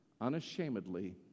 unashamedly